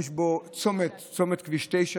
יש בו צומת כביש 9,